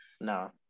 no